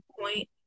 point